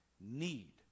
need